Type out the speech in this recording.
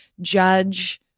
judge